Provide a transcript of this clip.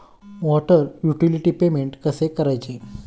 Water utility payment कसे करायचे?